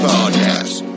Podcast